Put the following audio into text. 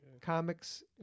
comics